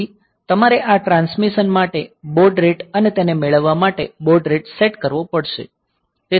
તેથી તમારે આ ટ્રાન્સમિશન માટે બૉડ રેટ અને તેને મેળવવા માટે બૉડ રેટ સેટ કરવો પડશે